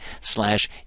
slash